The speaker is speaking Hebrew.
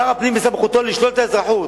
שר הפנים, מסמכותו לשלול את האזרחות.